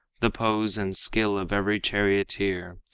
the pose and skill of every charioteer,